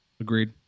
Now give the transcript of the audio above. Agreed